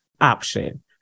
option